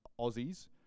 Aussies